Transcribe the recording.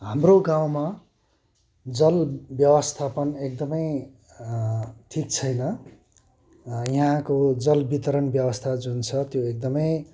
हाम्रो गाउँमा जल व्यवस्थापन एकदमै ठिक छैन यहाँको जल वितरण व्यवस्था जुन छ त्यो एकदमै